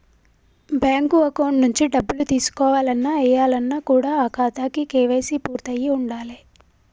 bank account నుంచి డబ్బులు తీసుకోవాలన్న, ఏయాలన్న కూడా ఆ ఖాతాకి కేవైసీ పూర్తయ్యి ఉండాలే